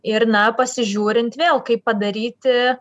ir na pasižiūrint vėl kaip padaryti